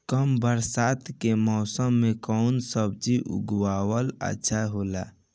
कम बरसात के मौसम में कउन सब्जी उगावल अच्छा रहेला?